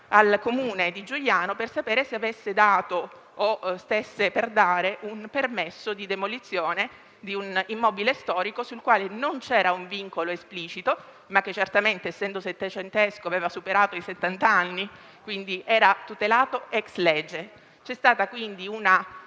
al Comune di Giugliano per sapere se avesse dato o stesse per dare il permesso di demolizione di un immobile storico, sul quale non c'era un vincolo esplicito, ma che certamente, essendo settecentesco, aveva superato i settant'anni, quindi era tutelato *ex lege*. C'è stata quindi una